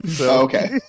Okay